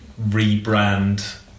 rebrand